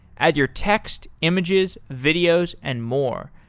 add your text, images, videos and more.